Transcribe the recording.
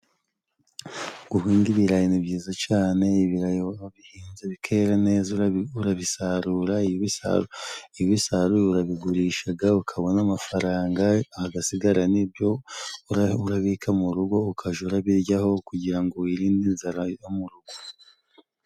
Guhinga ibirayi ni byiza cane ibirayi iyo wabihinze bikera neza urabi urabisarura, iyo ubisaruye iyo ubisaruye urabigurishaga ukabona amafaranga hagasigara n'ibyo ura urabika mu rugo, ukaja urabiryaho kugira ngo wirinde inzara yo mu rugo.